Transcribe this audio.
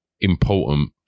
important